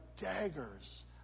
daggers